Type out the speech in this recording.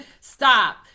Stop